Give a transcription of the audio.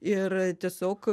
ir tiesiog